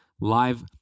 live